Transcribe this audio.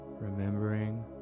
Remembering